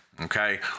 okay